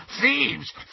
Thieves